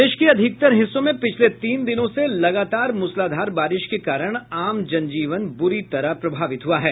प्रदेश के अधिकतर हिस्सों में पिछले तीन दिनों से लगातार मूसलाधार बारिश के कारण आम जन जीवन बुरी तरह प्रभावित हुआ है